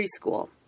Preschool